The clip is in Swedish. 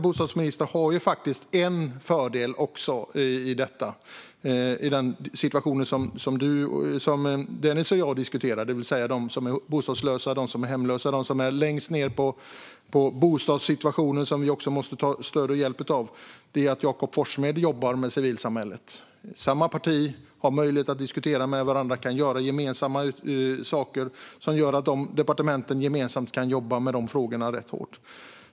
Bostadsminister Andreas Carlson har en fördel i den fråga Denis och jag diskuterar, nämligen de som är längst ned i bostadssituationen, de hemlösa, och det är att Jakob Forssmed jobbar med civilsamhället. De tillhör samma parti och kan därför diskutera med varandra och låta sina departement jobba gemensamt med detta.